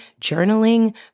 journaling